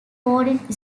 boarding